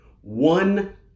one